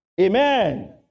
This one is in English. Amen